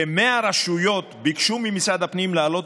כ-100 רשויות ביקשו ממשרד הפנים להעלות